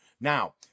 Now